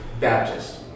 Baptist